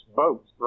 boats